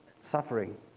Suffering